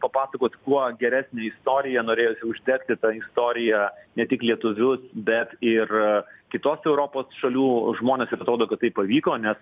papasakot kuo geresnę istoriją norėjos uždegti ta istorija ne tik lietuvius bet ir kitos europos šalių žmones ir atrodo kad tai pavyko nes